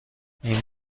این